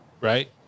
right